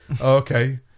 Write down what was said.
Okay